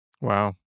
Wow